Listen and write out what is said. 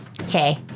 Okay